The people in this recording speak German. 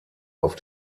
auf